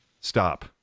Stop